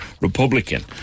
Republican